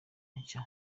nshya